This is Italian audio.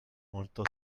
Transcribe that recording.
molto